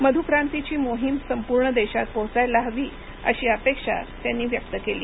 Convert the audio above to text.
मधु क्रांतीची मोहीम संपूर्ण देशात पोहोचायला हवी अशी अपेक्षा त्यांनी व्यक्त केली